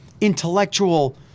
intellectual